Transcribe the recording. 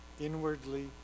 inwardly